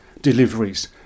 deliveries